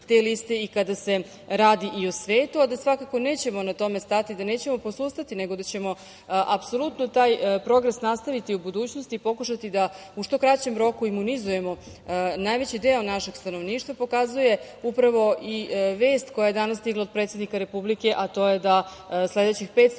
te liste i kada se radi i o svetu, a da svakako nećemo na tome stati, da nećemo posustati nego da ćemo apsolutno taj progres nastaviti i u budućnosti i pokušati da u što kraćem roku imunizujemo najveći deo našeg stanovništva pokazuje upravo i vest koja je danas stigla od predsednika Republike, a to je da sledećih 500